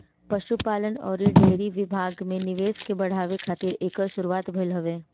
पशुपालन अउरी डेयरी विभाग में निवेश के बढ़ावे खातिर एकर शुरुआत भइल हवे